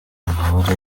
amabara